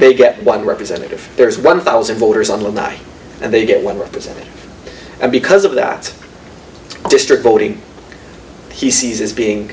they get one representative there is one thousand voters on the night and they get one representative and because of that district voting he sees as being